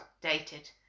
dated